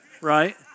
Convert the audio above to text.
right